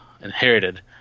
inherited